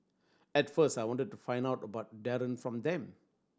at first I wanted to find out about Darren from them